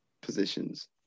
positions